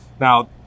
Now